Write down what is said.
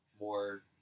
more